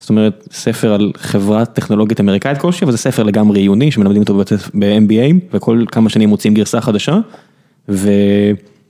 זת׳מרת ספר על חברת טכנולוגית אמריקאית כלשהי וזה ספר לגמרי עיוני שמלמדים איתו בMBA וכל כמה שנים מוצאים גרסה חדשה. ו..